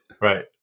Right